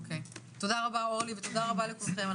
תודה רבה, אורלי ותודה רבה לכולכם.